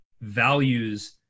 values